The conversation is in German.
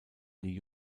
die